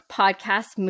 podcast